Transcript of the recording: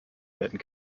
werden